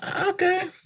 Okay